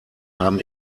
haben